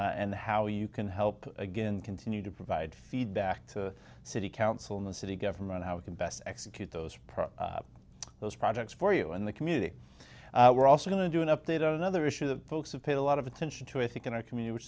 and how you can help again continue to provide feedback to city councilman city government how we can best execute those pro those projects for you and the community we're also going to do an update on another issue that folks have paid a lot of attention to i think in our communit